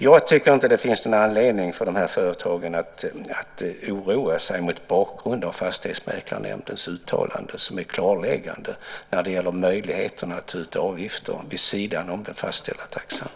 Jag tycker inte att det finns någon anledning för de här företagen att oroa sig, mot bakgrund av Fastighetsmäklarnämndens uttalande som är klarläggande när det gäller möjligheten att ta ut avgifter vid sidan om den fastställda taxan.